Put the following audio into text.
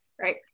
right